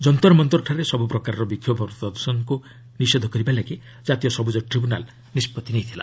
ଯନ୍ତର୍ ମନ୍ତର୍ଠାରେ ସବୁ ପ୍ରକାର ବିକ୍ଷୋଭ ପ୍ରଦର୍ଶନକୁ ନିଷେଧ କରିବା ଲାଗି ଜାତୀୟ ସବୁଜ ଟ୍ରିବ୍ୟୁନାଲ୍ ନିଷ୍କର୍ତ୍ତି ନେଇଥିଲା